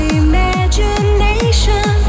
imagination